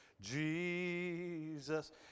Jesus